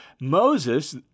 Moses